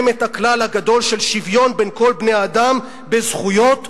את הכלל הגדול של שוויון בין כל בני-האדם בזכויות ובחובות".